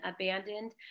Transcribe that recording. abandoned